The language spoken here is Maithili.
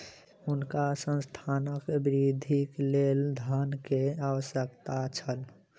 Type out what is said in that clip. हुनका संस्थानक वृद्धिक लेल धन के आवश्यकता छल